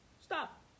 stop